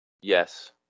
Yes